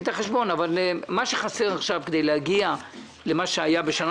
מה שחסר עכשיו כדי להגיע למה שהיה בשנה